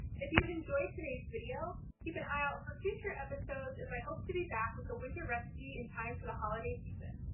if you've enjoyed today's video, keep an eye out for future episodes, as i hope to be back with a winter recipe in time for the holiday season.